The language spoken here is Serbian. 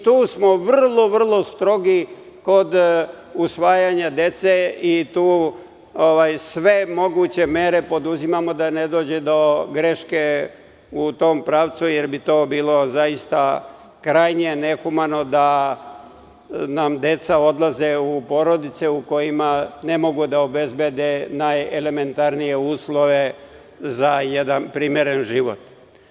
Tu smo vrlo, vrlo strogi kod usvajanja dece i tu sve moguće mere poduzimamo da ne dođe do greške u tom pravcu, jer bi bilo krajnje nehumano da nam deca odlaze u porodice u kojima ne mogu da obezbede najelementarnije uslove za jedan primeren život.